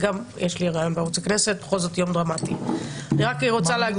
אני רק רוצה להגיד